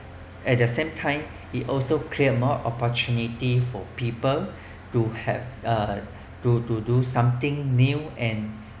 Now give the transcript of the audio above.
at the same time it's also clear more opportunity for people to have uh to to do something new and